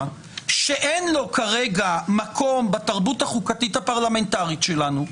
שאין לו כרגע מקום בתרבות החוקתית הפרלמנטרית שלנו,